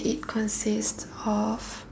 it consists of